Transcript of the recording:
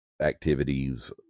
activities